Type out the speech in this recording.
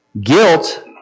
Guilt